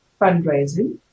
fundraising